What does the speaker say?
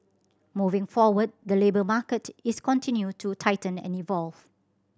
moving forward the labour market is continue to tighten and evolve